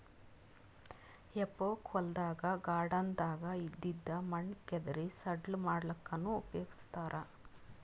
ಹೆಫೋಕ್ ಹೊಲ್ದಾಗ್ ಗಾರ್ಡನ್ದಾಗ್ ಇದ್ದಿದ್ ಮಣ್ಣ್ ಕೆದರಿ ಸಡ್ಲ ಮಾಡಲ್ಲಕ್ಕನೂ ಉಪಯೊಗಸ್ತಾರ್